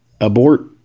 abort